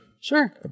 sure